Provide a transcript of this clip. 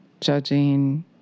judging